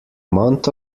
month